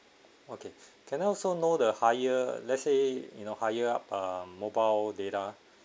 okay can I also know the higher let's say you know higher up um mobile data